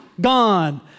gone